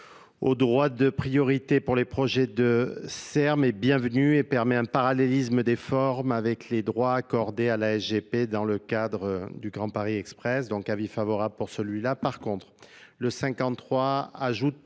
au droit de priorité pour les projets e m et bienvenue et permett un parallélisme des formes avec les droits accordés à la g p dans le cadre du grand paris express donc avis favorable pour celui là